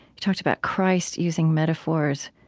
you talked about christ using metaphors,